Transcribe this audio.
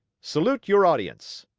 salute your audience!